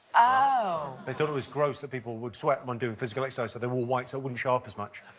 oh. they thought it was gross that people would sweat when doing physical exercise so they wore white so it wouldn't show up as much.